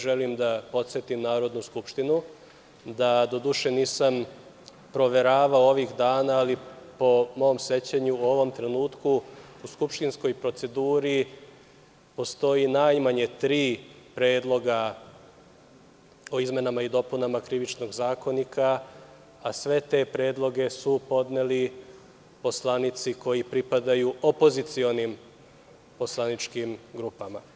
Želim da podsetim Narodnu skupštinu, doduše nisam ovih dana proveravao, ali po mom sećanju, u ovom trenutku u skupštinskoj proceduri postoji najmanje tri predloga o izmenama i dopunama Krivičnog zakonika, a sve te predloge su podneli poslanici koji pripadaju opozicionim poslaničkim grupama.